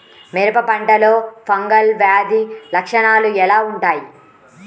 మిరప పంటలో ఫంగల్ వ్యాధి లక్షణాలు ఎలా వుంటాయి?